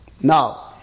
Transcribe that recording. Now